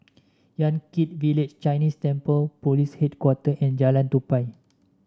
Yan Kit Village Chinese Temple Police Headquarter and Jalan Tupai